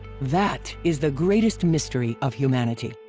that is the greatest mystery of humanity!